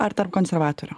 ar tarp konservatorių